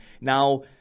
Now